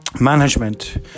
management